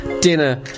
dinner